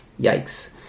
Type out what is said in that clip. yikes